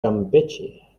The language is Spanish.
campeche